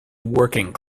working